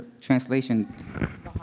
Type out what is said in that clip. translation